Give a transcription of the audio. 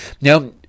Now